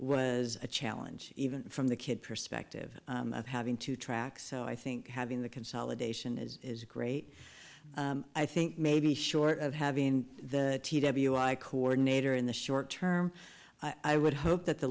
was a challenge even from the kid perspective of having two tracks so i think having the consolidation is great i think maybe short of having the t w i coordinator in the short term i would hope that the